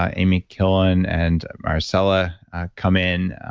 amy killen and marcella come in.